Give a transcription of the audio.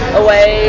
away